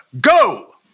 go